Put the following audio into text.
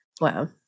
Wow